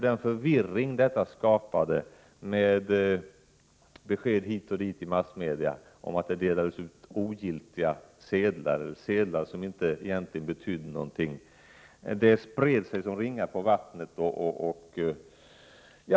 Den förvirring detta skapade med besked hit och dit i massmedia om att det delades ut ogiltiga sedlar, sedlar som egentligen inte betydde någonting, spred sig som ringar på vattnet.